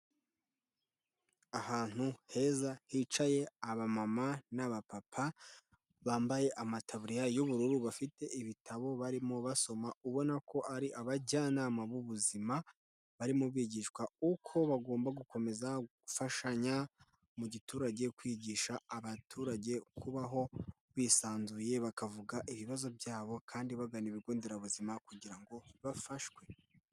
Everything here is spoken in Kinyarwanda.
Ahantu heza hicaye abamama n'abapapa, bambaye amataburiya y'ubururu, bafite ibitabo barimo basoma, ubona ko ari abajyanama b'ubuzima barimo bigishwa uko bagomba gukomeza gufashanya mu giturage, kwigisha abaturage kubaho bisanzuye, bakavuga ibibazo byabo kandi bagana ibigo nderabuzima kugira ngo bafashwe.